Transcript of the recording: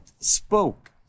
spoke